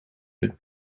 het